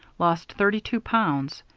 lost thirty-two pounds.